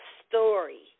story